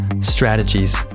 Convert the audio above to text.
strategies